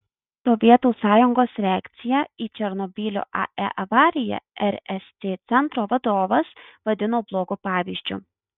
sovietų sąjungos reakciją į černobylio ae avariją rsc centro vadovas vadino blogu pavyzdžiu